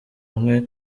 hamwe